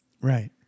Right